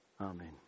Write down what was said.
Amen